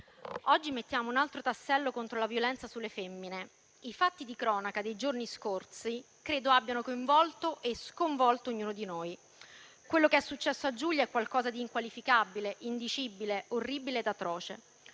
oggi mettiamo un altro tassello contro la violenza sulle femmine. I fatti di cronaca dei giorni scorsi credo abbiano coinvolto e sconvolto ognuno di noi. Quello che è successo a Giulia è qualcosa di inqualificabile, indicibile, orribile ed atroce.